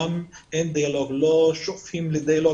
אין דיאלוג ולא שותפים לדיאלוג,